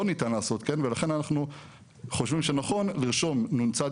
ניתן לעשות כן ולכן אנחנו חושבים שנכון לרשום נ.צ.